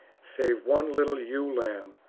save one little ewe-lamb,